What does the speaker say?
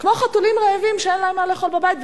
כמו חתולים רעבים שאין להם מה לאכול בבית.